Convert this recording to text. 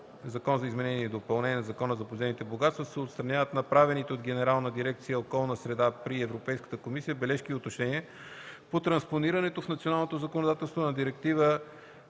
Закон за изменение и допълнение на Закона за подземните богатства се отстраняват направените от Генерална дирекция „Околна среда” при Европейската комисия бележки и уточнения по транспонирането в националното законодателство на Директива